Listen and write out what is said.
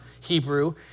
Hebrew